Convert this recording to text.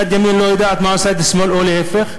יד ימין לא יודעת מה עושה יד שמאל או להפך.